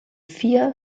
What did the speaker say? vier